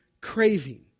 craving